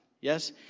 Yes